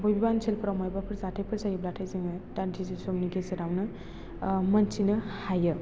बबेबा ओनसोलफ्राव माबाफोर जाथायफोर जायोब्लाथाय जोङो दान्दिसे समनि गेजेरावनो मिथिनो हायो